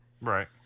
right